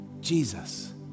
Jesus